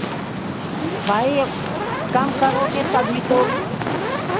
भाई अब कम करोगे तभी तो